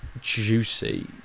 juicy